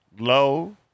low